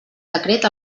decret